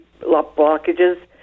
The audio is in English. blockages